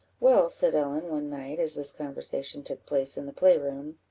well, said ellen, one night, as this conversation took place in the play-room,